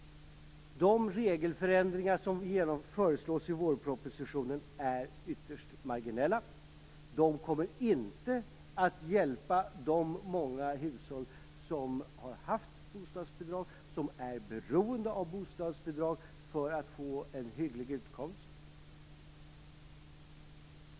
De regelförändringar som föreslås i vårpropositionen är ytterst marginella. De kommer inte att hjälpa de många hushåll som har haft bostadsbidrag, som är beroende av bostadsbidrag för att få en hygglig utkomst.